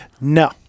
no